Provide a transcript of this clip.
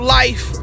life